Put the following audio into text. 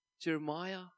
Jeremiah